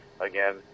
again